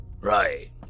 Right